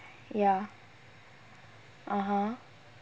ya (uh huh)